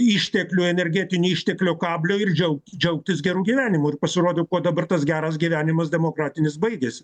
išteklių energetinių išteklių kablio ir džiau džiaugtis geru gyvenimu ir pasirodo kuo dabar tas geras gyvenimas demokratinis baigės